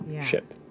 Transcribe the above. ship